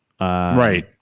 Right